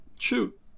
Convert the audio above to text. Shoot